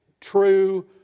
true